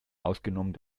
ausgenommen